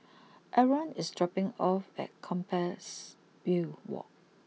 Arron is dropping off at Compassvale walk